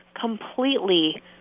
completely